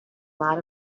lot